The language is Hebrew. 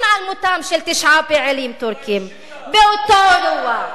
למותם של תשעה פעילים טורקים באותו אירוע.